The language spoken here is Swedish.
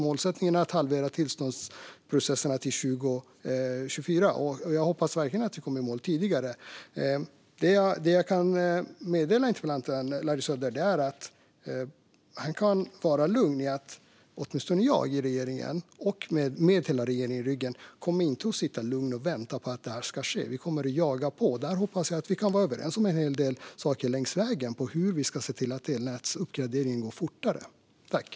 Målsättningen är att halvera tillståndsprocesserna till 2024, men jag hoppas verkligen att vi kommer i mål tidigare. Jag kan meddela interpellanten Larry Söder att han kan vara lugn för att åtminstone jag - och jag har hela regeringen i ryggen - inte kommer att sitta och vänta på att detta ska ske. Vi kommer att jaga på. Jag hoppas att vi kan vara överens om en hel del saker längs vägen när det gäller hur uppgraderingen av elnäten ska gå fortare.